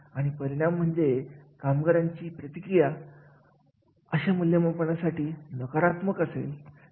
मग अशा वेळेस असे कार्य हाताळण्यासाठी जास्तीत जास्त आव्हानेयेणे अपेक्षित असतात